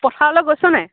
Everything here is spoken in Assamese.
পথাৰলে গৈছ নাই